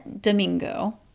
Domingo